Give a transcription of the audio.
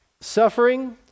suffering